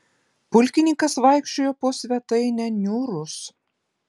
pulkininkas vaikščiojo po svetainę niūrus